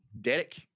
Derek